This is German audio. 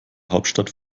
hauptstadt